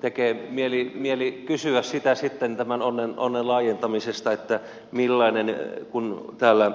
tekee mieli kysyä sitten tämän onnen laajentamisesta kun täällä